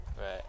Right